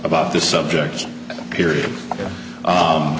about this subject period